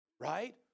right